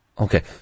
Okay